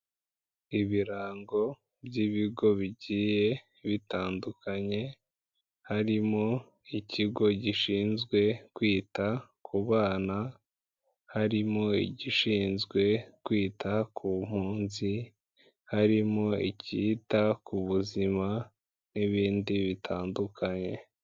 Ibirango by'ibigo bigiye bitandukanye, harimo ikigo gishinzwe kwita ku bana, harimo igishinzwe kwita ku mpunzi, harimo icyita ku buzima, n'ibindi bitandukanye.